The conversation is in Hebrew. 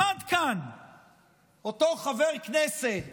אותו חבר כנסת